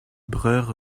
breur